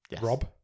rob